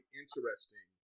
interesting